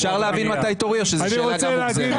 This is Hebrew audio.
אפשר להבין מתי תורי או שזו גם שאלה מוגזמת?